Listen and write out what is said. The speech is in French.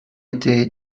étaient